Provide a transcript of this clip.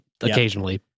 occasionally